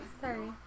Sorry